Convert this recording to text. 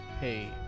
Hey